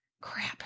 crap